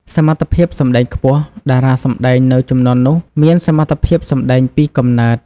សមត្ថភាពសម្ដែងខ្ពស់ តារាសម្តែងនៅជំនាន់នោះមានសមត្ថភាពសម្ដែងពីកំណើត។